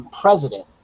president